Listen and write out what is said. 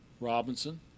Robinson